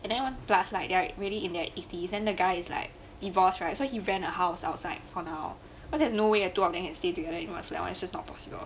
and then one plus like they are really in their eighties then the guy is like divorce right so he rent a house outside for now but theres no way the two of them can stay together you know its just not possible